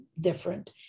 different